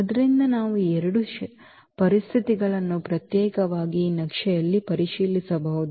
ಆದ್ದರಿಂದ ನಾವು ಈ 2 ಪರಿಸ್ಥಿತಿಗಳನ್ನು ಪ್ರತ್ಯೇಕವಾಗಿ ಈ ನಕ್ಷೆಯಲ್ಲಿ ಪರಿಶೀಲಿಸಬಹುದು